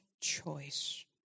choice